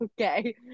okay